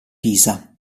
pisa